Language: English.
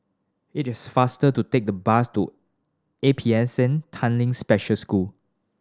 it is faster to take the bus to A P S N Tanglin Special School